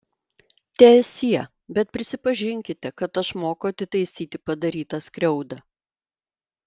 teesie bet prisipažinkite kad aš moku atitaisyti padarytą skriaudą